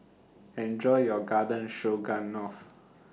Enjoy your Garden Stroganoff